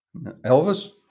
Elvis